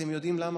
אתם יודעים למה?